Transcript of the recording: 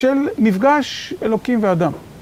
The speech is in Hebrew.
של מפגש אלוקים ואדם.